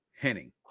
Henning